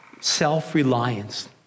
self-reliance